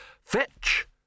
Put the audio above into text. Fetch